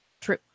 True